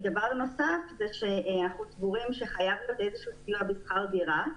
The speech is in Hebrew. דבר נוסף זה שאנחנו סבורים שחייב להיות איזשהו סיוע בשכר דירה.